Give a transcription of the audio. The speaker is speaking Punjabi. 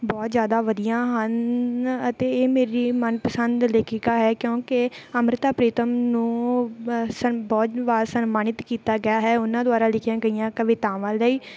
ਬਹੁਤ ਜ਼ਿਆਦਾ ਵਧੀਆ ਹਨ ਅਤੇ ਇਹ ਮੇਰੀ ਮਨਪਸੰਦ ਲੇਖਿਕਾ ਹੈ ਕਿਉਂਕਿ ਅੰਮ੍ਰਿਤਾ ਪ੍ਰੀਤਮ ਨੂੰ ਸਨ ਬਹੁਤ ਵਾਰ ਸਨਮਾਨਿਤ ਕੀਤਾ ਗਿਆ ਹੈ ਉਹਨਾਂ ਦੁਆਰਾ ਲਿਖੀਆਂ ਗਈਆਂ ਕਵਿਤਾਵਾਂ ਲਈ